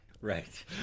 Right